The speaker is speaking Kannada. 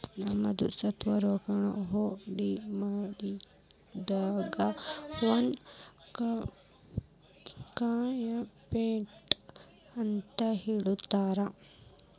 ನಮ್ದ ಸ್ವಂತ್ ರೊಕ್ಕಾನ ಹೊಡ್ಕಿಮಾಡಿದಕ್ಕ ಓನ್ ಕ್ಯಾಪಿಟಲ್ ಅಂತ್ ಹೇಳ್ತಾರ